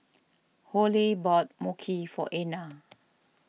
Joelle bought Mochi for Einar